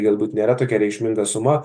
galbūt nėra tokia reikšminga suma